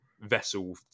vessel